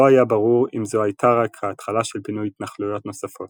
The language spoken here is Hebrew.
לא היה ברור אם זו הייתה רק ההתחלה של פינוי התנחלויות נוספות.